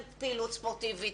כן פעילות ספורטיבית,